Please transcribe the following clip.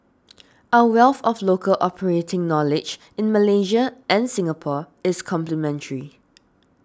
our wealth of local operating knowledge in Malaysia and Singapore is complementary